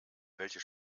welche